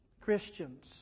Christians